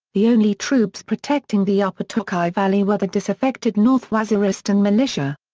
the only troops protecting the upper tochi valley were the disaffected north waziristan militia.